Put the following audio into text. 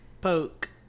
Poke